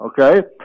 Okay